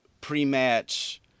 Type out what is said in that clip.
pre-match